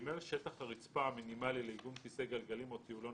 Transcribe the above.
שטח הרצפה המינימלי לעיגון כיסא גלגלים או טיולון